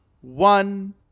one